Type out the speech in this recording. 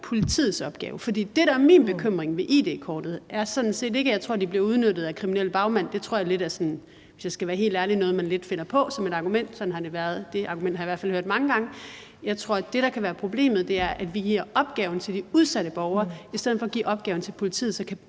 politiets opgave. For det, der er min bekymring ved id-kortet, er sådan set ikke, at jeg tror, det bliver udnyttet af kriminelle bagmænd. Det tror jeg, hvis jeg skal være helt ærlig, lidt er noget, man finder på som et argument; det argument har jeg i hvert fald hørt mange gange. Jeg tror, at det, der kan være problemet, er, at vi giver opgaven til de udsatte borgere i stedet for at give opgaven til politiet. Så kan